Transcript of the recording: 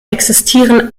existieren